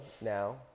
now